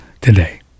today